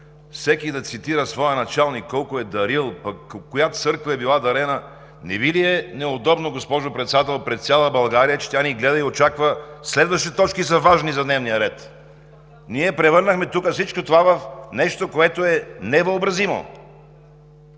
всеки да цитира своя началник колко е дарил, пък коя църква е била дарена, не Ви ли е неудобно, госпожо Председател, пред цяла България, че тя ни гледа и очаква? Следващите точки са важни за дневния ред! Ние превърнахме тук всичко това в нещо, което е невъобразимо!